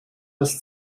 das